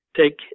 take